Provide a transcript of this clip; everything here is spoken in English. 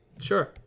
Sure